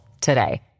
today